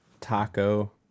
Taco